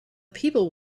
people